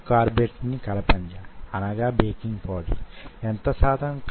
మ్యో ట్యూబ్లను పెంచడానికి వీటిని ఉపయోగించవచ్చు